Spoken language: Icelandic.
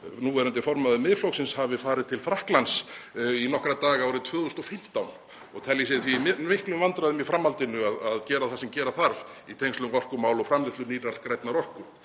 núverandi formaður Miðflokksins hafi farið til Frakklands í nokkra daga árið 2015 og telji sig því í miklum vandræðum í framhaldinu að gera það sem gera þarf í tengslum við orkumál og framleiðslu nýrrar grænnar orku.